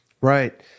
Right